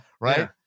right